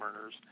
earners